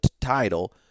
title